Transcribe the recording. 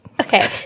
Okay